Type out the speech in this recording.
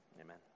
Amen